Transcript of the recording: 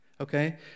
okay